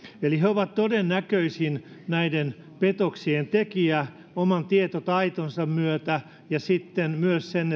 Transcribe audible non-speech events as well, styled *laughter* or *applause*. eli he ovat todennäköisin petoksien tekijä oman tietotaitonsa myötä ja sitten myös sen *unintelligible*